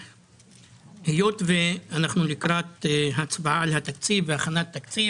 היות ואנחנו לקראת הצבעה על התקציב והכנת התקציב,